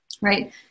Right